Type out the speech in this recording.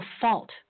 fault